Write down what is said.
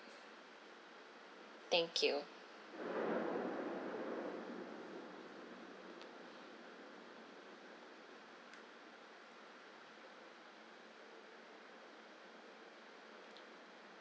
thank you